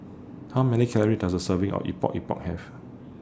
How Many Calories Does A Serving of Epok Epok Have